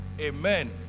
Amen